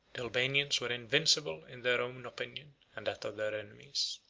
the albanians were invincible in their own opinion and that of their enemies.